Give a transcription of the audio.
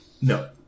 No